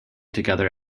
together